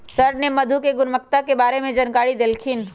sir ने मधु के गुणवत्ता के बारे में जानकारी देल खिन